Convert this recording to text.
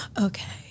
Okay